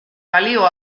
balio